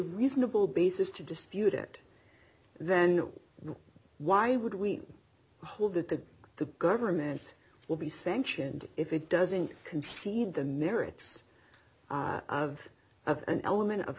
reasonable basis to dispute it then why would we hold that that the government will be sanctioned if it doesn't concede the merits of of an element of